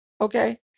Okay